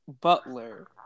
Butler